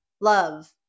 love